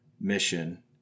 mission